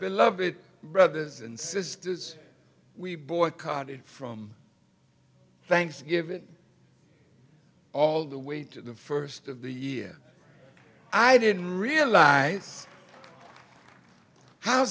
i love it brothers and sisters we boycotted from thanksgiving all the way to the first of the year i didn't realize how